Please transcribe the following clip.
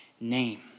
name